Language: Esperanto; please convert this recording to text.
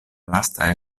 lasta